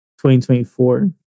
2024